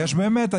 יש באמת?